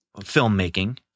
filmmaking